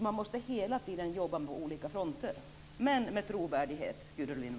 Man måste hela tiden jobba på olika fronter - men med trovärdighet, Gudrun